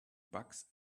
bucks